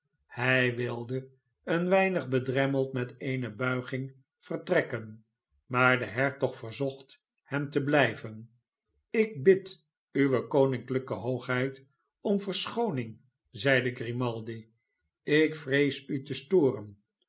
hij wilde een weinig bedremmeld met eene bulging vertrekken maar de hertog verzocht hem teblijven ik bid uwe koninklijke hoogheid om verschooning zeide grimaldi ik vrees u te sfcoren storen